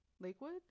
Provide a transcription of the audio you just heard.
lakewood